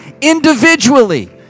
individually